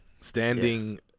standing